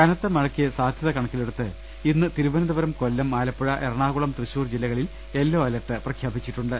കനത്ത മഴക്ക് സാധ്യത കണക്കിലെടുത്ത് ഇന്ന് തിരുവനന്തപുരം കൊല്ലം ആലപ്പുഴ എറ ണാകുളം തൃശൂർ ജില്ലകളിൽ യെല്ലോ അലർട്ട് പ്രഖ്യാപിച്ചിട്ടുണ്ട്